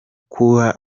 kuba